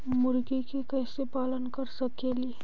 मुर्गि के कैसे पालन कर सकेली?